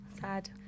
Sad